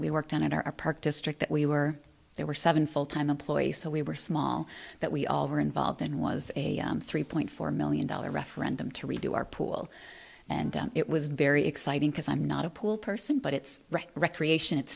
we worked on in our park district that we were there were seven full time employees so we were small that we all were involved in was a three point four million dollar referendum to redo our pool and it was very exciting because i'm not a pool person but it's recreation it's